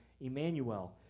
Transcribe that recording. Emmanuel